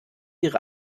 ihre